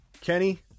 Kenny